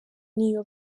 n’iyo